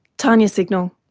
tania signal.